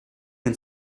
can